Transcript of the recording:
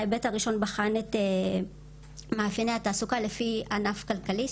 ההיבט הראשון בחן את מאפייני התעסוקה על פי ענף כלכלי,